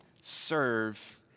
serve